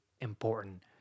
important